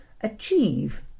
achieve